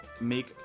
make